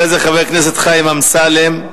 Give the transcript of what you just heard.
חבר הכנסת חיים אמסלם,